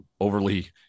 overly